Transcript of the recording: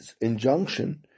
injunction